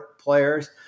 players